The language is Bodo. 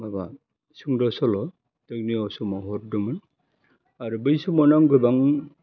माबा सुंद' सल' दैनिक असमाव हरदोंमोन आरो बै समावनो आं गोबां